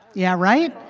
yeah, right.